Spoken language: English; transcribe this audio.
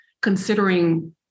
considering